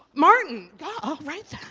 martin. yeah all right,